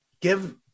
give